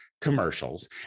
commercials